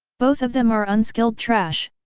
both of them are unskilled trash,